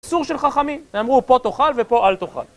אסור של חכמים, הם אמרו פה תאכל ופה אל תאכל